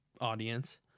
audience